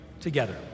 together